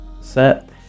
set